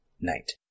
night